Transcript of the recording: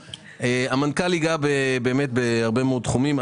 המנכ"ל ייגע בהרבה מאוד תחומים.